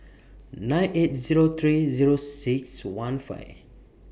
nine eight Zero three Zero six one five